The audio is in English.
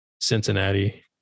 Cincinnati